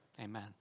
amen